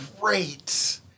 great